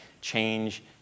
change